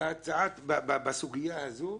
בסוגיה הזאת,